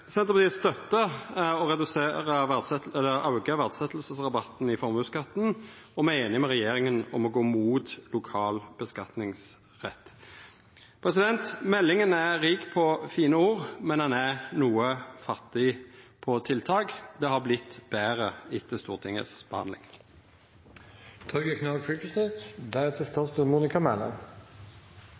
Senterpartiet støttar det å auka verdsettingsrabatten i formuesskatten, og me er einige med regjeringa i å gå imot lokal skattleggingsrett. Meldinga er rik på fine ord, men ho er noko fattig på tiltak. Det har vorte betre etter